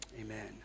amen